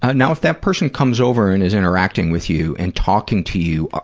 ah now, if that person comes over and is interacting with you and talking to you,